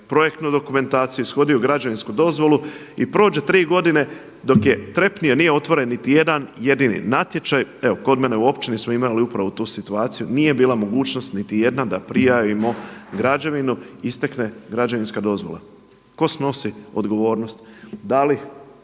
projektnu dokumentaciju, ishodio građevinsku dozvolu. I prođe 3 godine, dok je trepnuo, nije otvoren niti jedan jedini natječaj. Evo kod mene u općini smo imali upravo tu situaciju, nije bila mogćnost niti jedna da prijavimo građevinu, istekne građevinska dozvola. Tko snosi odgovornost?